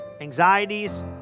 anxieties